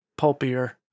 pulpier